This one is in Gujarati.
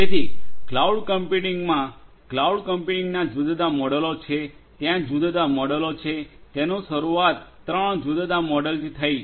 તેથી ક્લાઉડ કમ્પ્યુટિંગમા ક્લાઉડનાં જુદાં જુદાં મોડેલો છે ત્યાં જુદા જુદા મોડેલો છે તેની શરૂઆત ત્રણ જુદા જુદા મોડેલોથી થઈ છે